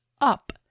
up